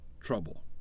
trouble